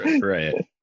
Right